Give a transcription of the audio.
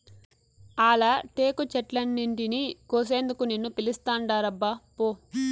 ఆల టేకు చెట్లన్నింటినీ కోసేందుకు నిన్ను పిలుస్తాండారబ్బా పో